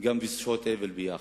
וגם בשעות האבל ביחד,